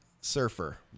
Surfer